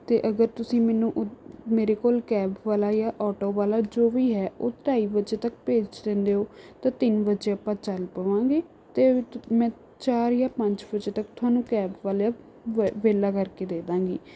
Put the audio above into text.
ਅਤੇ ਅਗਰ ਤੁਸੀਂ ਮੈਨੂੰ ਮੇਰੇ ਕੋਲ ਕੈਬ ਵਾਲਾ ਜਾਂ ਆਟੋ ਵਾਲਾ ਜੋ ਵੀ ਹੈ ਉਹ ਢਾਈ ਵਜੇ ਤੱਕ ਭੇਜ ਦਿੰਦੇ ਹੋ ਤਾਂ ਤਿੰਨ ਵਜ਼ੇ ਆਪਾਂ ਚੱਲ ਪਵਾਂਗੇ ਤਾਂ ਮੈਂ ਚਾਰ ਜਾਂ ਪੰਜ ਵਜ਼ੇ ਤੱਕ ਤੁਹਾਨੂੰ ਕੈਬ ਵਾਲਾ ਵਿਹਲਾ ਕਰਕੇ ਦੇ ਦੇਵਾਂਗੀ